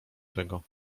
tego